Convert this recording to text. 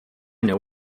know